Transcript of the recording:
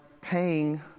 paying